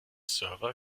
server